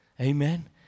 Amen